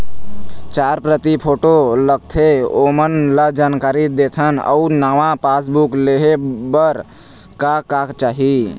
चार प्रति फोटो लगथे ओमन ला जानकारी देथन अऊ नावा पासबुक लेहे बार का का चाही?